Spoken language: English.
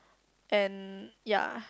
and ya